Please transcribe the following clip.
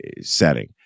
setting